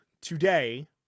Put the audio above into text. today